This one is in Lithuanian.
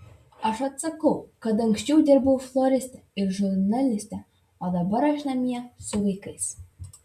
aš atsakau kad anksčiau dirbau floriste ir žurnaliste o dabar aš namie su vaikais